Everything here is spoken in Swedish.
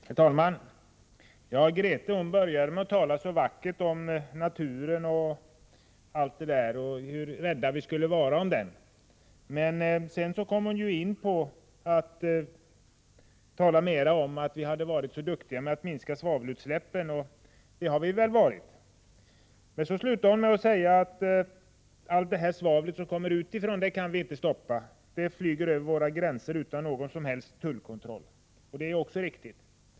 Herr talman! Grethe Lundblad började med att tala så vackert om naturen och om hur rädda vi bör vara om den. Men sedan kom hon in på att tala mera om hur duktiga vi varit med att minska svavelutsläppen, och det är väl sant. Hon slutar med att säga att det svavel som kommer utifrån kan vi inte stoppa, det flyger över våra gränser utan någon som helst tullkontroll. Det är också riktigt.